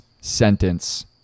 sentence